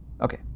Okay